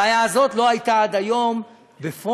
הבעיה הזאת לא הייתה עד היום בפועל.